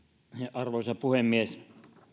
arvoisa puhemies